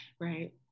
Right